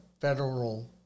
federal